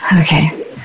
Okay